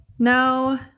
No